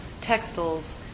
textiles